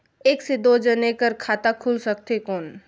एक से दो जने कर खाता खुल सकथे कौन?